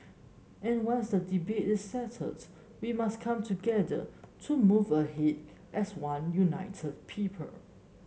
and once the debate is settled we must come together to move ahead as one united people